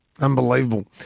Unbelievable